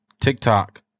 TikTok